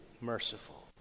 merciful